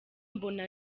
mbona